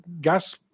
gas